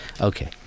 okay